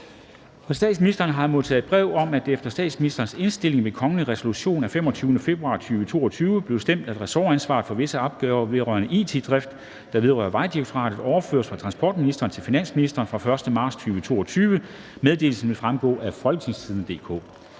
statsministeren har jeg modtaget følgende brev af 2. marts 2022: Efter statsministerens indstilling er det ved kongelig resolution af 25. februar 2022 bestemt, at ressortansvaret for visse opgaver vedrørende it-drift, der vedrører Vejdirektoratet, overføres fra transportministeren til finansministeren pr. 1. marts 2022. Meddelelsen vil fremgå af www.folketingstidende.dk